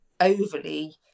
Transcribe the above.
overly